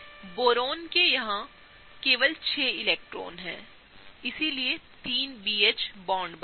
boron के यहाँ केवल 6 इलेक्ट्रॉन है इसलिए 3 B H बॉन्डस